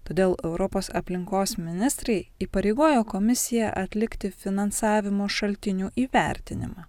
todėl europos aplinkos ministrai įpareigojo komisiją atlikti finansavimo šaltinių įvertinimą